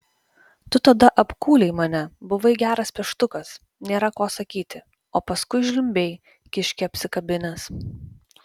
tu tada apkūlei mane buvai geras peštukas nėra ko sakyti o paskui žliumbei kiškį apsikabinęs